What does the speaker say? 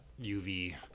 UV